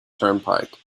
turnpike